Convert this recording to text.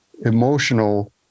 emotional